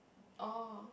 oh